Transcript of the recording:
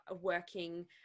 working